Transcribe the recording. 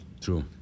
True